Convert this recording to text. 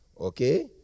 Okay